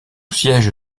siège